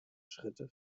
schritte